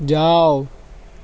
جاؤ